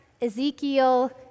Ezekiel